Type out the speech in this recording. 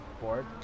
bored